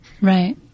Right